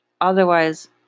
otherwise